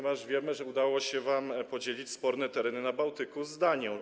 Wiemy, że udało wam się podzielić sporne tereny na Bałtyku z Danią.